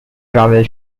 travel